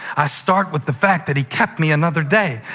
i start with the fact that he kept me another day.